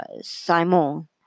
Simon